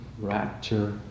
rapture